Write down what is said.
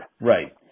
Right